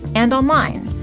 and online.